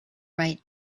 right